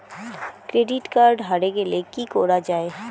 Credit card হারে গেলে কি করা য়ায়?